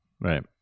Right